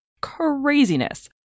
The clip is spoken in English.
Craziness